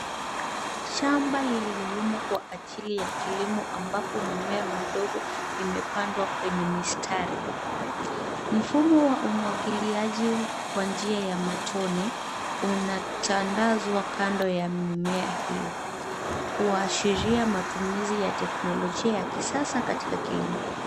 Shamba lililolimwa kwa achili ya kilimo ambapo mimea midogo imepandwa kwenye mistari. Mfumo wa umwagiliaji kwa njia ya matone, unatandazwa kando ya mimea hiyo. Kuwashiria matumizi ya teknolochia ya kisasa katika kilimo.